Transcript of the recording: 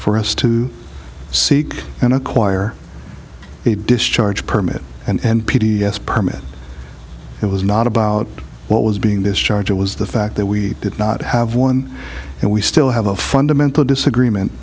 for us to seek and acquire a discharge permit and p d s permit it was not about what was being discharged it was the fact that we did not have one and we still have a fundamental disagreement